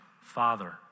Father